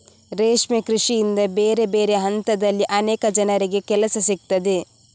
ರೇಷ್ಮೆ ಕೃಷಿಯಿಂದ ಬೇರೆ ಬೇರೆ ಹಂತದಲ್ಲಿ ಅನೇಕ ಜನರಿಗೆ ಕೆಲಸ ಸಿಗ್ತದೆ